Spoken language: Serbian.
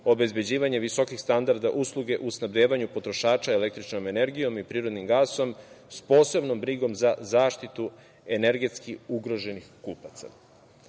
obezbeđivanje visokih standarda usluge u snabdevanju potrošača električnom energijom i privrednim gasom sa posebnom brigom za zaštitu energetski ugroženih